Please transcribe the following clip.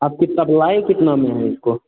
आप कितना तो लाए कितना में हैं इसको